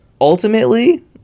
Ultimately